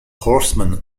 horseman